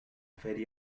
feria